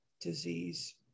disease